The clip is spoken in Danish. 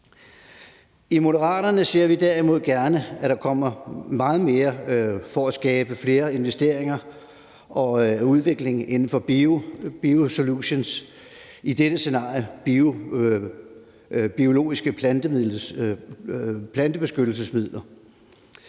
I Moderaterne ser vi derimod gerne, at der kommer meget mere fokus på at skabe flere investeringer og udvikling inden for biosolutions, i dette scenarie biologiske plantebeskyttelsesmidler.